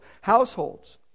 households